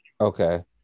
Okay